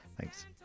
Thanks